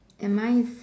and mine is